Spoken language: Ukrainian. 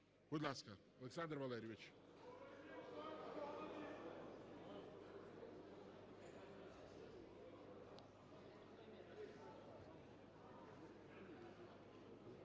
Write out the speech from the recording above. Будь ласка, Олександре Валерійовичу.